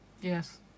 yes